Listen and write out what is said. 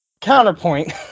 counterpoint